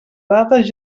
dades